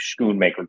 Schoonmaker